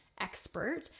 expert